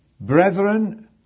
brethren